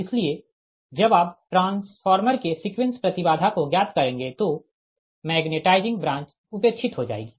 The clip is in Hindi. इसलिए जब आप ट्रांसफॉर्मर के सीक्वेंस प्रति बाधा को ज्ञात करेंगे तो मैग्नेटाइजिंग ब्रांच उपेक्षित हो जाएगी